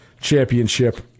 championship